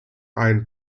ion